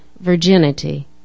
virginity